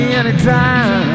anytime